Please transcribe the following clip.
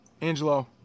Angelo